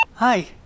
Hi